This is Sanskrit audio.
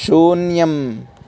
शून्यम्